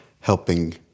helping